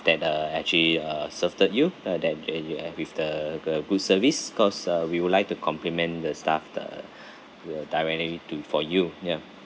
that uh actually uh you uh then that you have with the uh good service because uh we would like to complement the staff the uh to a directly to for you ya